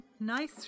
Nice